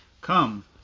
Come